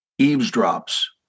eavesdrops